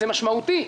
זה משמעותי,